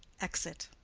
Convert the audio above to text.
exit.